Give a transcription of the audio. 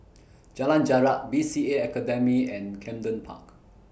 Jalan Jarak B C A Academy and Camden Park